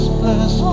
bless